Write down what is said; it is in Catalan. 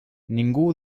ningú